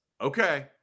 Okay